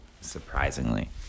surprisingly